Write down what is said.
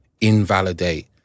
invalidate